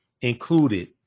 included